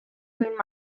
between